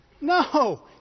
No